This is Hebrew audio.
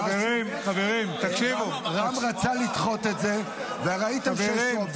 רם רצה לדחות את זה, וראיתם שיש רוב.